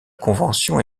convention